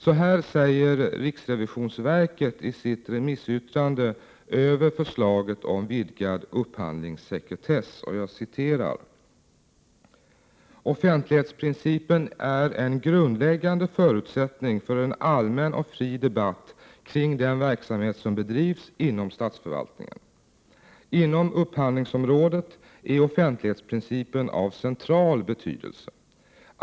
Så här säger riksrevisionsverket i sitt remissyttrande över förslaget om vidgad upphandlingssekretess: Offentlighetsprincipen är en grundläggande förutsättning för en allmän 83 och fri debatt kring den verksamhet som bedrivs inom statsförvaltningen. Inom upphandlingsområdet är offentlighetsprincipen av central betydelse.